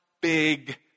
big